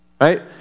right